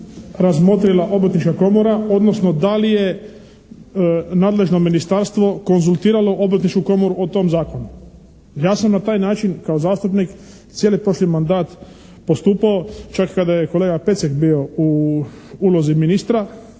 razmotrila Obrtnička komora, odnosno da li je nadležno ministarstvo konzultiralo Obrtničku komoru o tom zakonu. Ja sam na taj način kao zastupnik cijeli prošli mandat postupao, čak kada je kolega Pecek bio u ulozi ministra